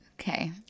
Okay